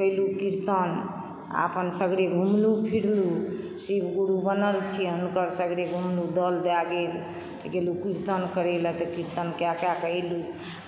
गयलू कीर्तन आ अपन सगरे घुमलु फिरलू शिवगुरु बनल छी हुनकर सगरे घुमलु दल दए गेल त गेलु कीर्तन करैला त कीर्तन कए कएक अयलू